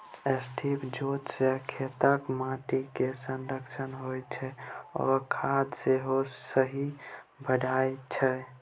strip जोत सँ खेतक माटि केर संरक्षण होइ छै आ खाद सेहो सही बटाइ छै